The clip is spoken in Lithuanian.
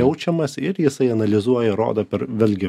jaučiamas ir jisai analizuoja rodo per vėlgi